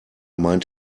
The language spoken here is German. meint